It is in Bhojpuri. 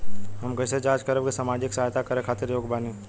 हम कइसे जांच करब की सामाजिक सहायता करे खातिर योग्य बानी?